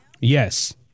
Yes